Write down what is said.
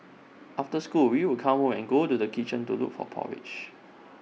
after school we would come home and go to kitchen to look for porridge